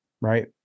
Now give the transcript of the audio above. right